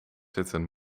zitten